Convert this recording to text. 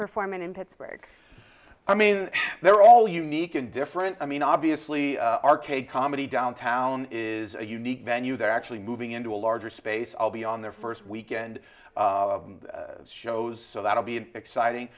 perform in pittsburgh i mean they're all unique and different i mean obviously arcade comedy downtown is a unique venue they're actually moving into a larger space i'll be on their first weekend shows so that'll be an exciting